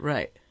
Right